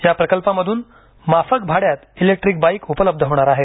या प्रकल्पामध्रन माफक भाड्यात इलेक्ट्रिक बाईक उपलब्ध होणार आहेत